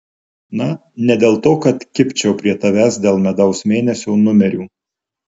na ne dėl to kad kibčiau prie tavęs dėl medaus mėnesio numerių